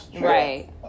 right